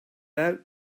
out